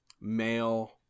male